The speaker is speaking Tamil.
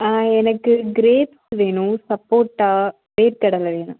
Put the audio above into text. ஆ எனக்கு கிரேப்ஸ் வேணும் சப்போட்டா வேர்க்கடலை வேணும்